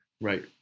Right